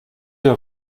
your